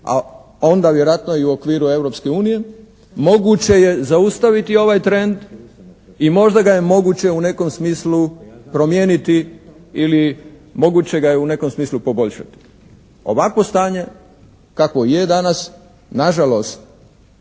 a onda vjerojatno i u okviru Europske unije moguće je zaustaviti ovaj trend i možda ga je moguće u nekom smislu promijeniti ili moguće ga je u nekom smislu poboljšati. Ovakvo stanje kakvo je danas nažalost